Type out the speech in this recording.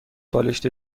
بالشت